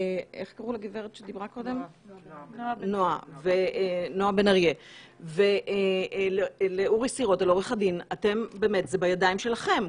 לנועה בן אריה ולאורי סירוטה, זה בידיים שלכם.